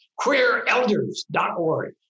queerelders.org